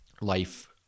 life